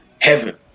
heaven